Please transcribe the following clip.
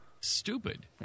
Stupid